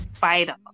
vital